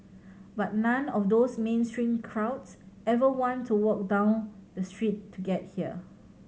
but none of those mainstream crowds ever want to walk down the street to get here